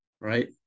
right